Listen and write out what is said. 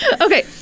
Okay